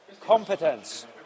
competence